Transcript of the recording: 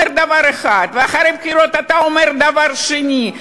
דבר אחד ואחרי הבחירות אתה אומר דבר שני,